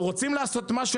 רוצים לעשות משהו?